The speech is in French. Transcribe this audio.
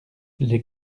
les